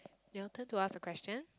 your turn to ask a question